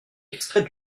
extrait